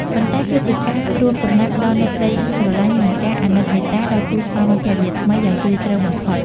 ប៉ុន្តែគឺជាការរួមចំណែកផ្តល់នូវក្តីស្រឡាញ់ និងការអាណិតមេត្តាដល់គូស្វាមីភរិយាថ្មីយ៉ាងជ្រាលជ្រៅបំផុត។